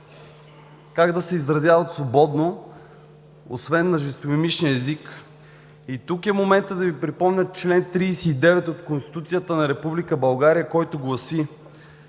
как да се изразяват свободно освен на жестомимичния език. Тук е моментът да Ви припомня чл. 39 от Конституцията на Република